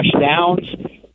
Downs